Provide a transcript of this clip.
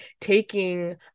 taking